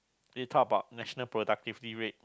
they talk about national productivity rate